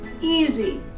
easy